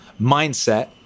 mindset